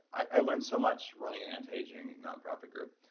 i learned so much running an antiaging nonprofit group.